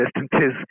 distances